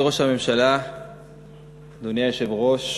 אדוני היושב-ראש,